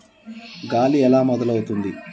గాలి ఎలా మొదలవుతుంది?